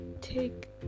take